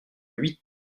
huit